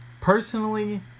Personally